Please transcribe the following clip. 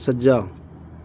ਸੱਜਾ